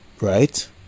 right